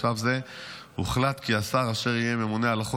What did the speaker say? בשלב זה הוחלט כי השר אשר יהיה ממונה על החוק